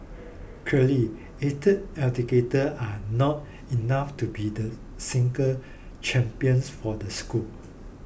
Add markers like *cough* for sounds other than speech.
*unintelligible* are not enough to be the single champions for the school